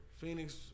Phoenix